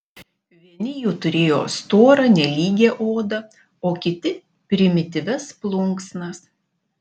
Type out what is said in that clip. vieni jų turėjo storą nelygią odą o kiti primityvias plunksnas